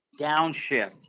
Downshift